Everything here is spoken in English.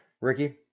Ricky